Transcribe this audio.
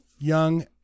young